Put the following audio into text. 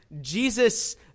Jesus